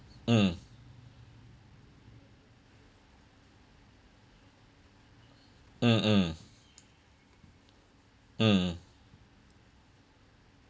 mm mm mm mm